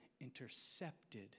intercepted